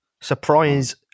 Surprise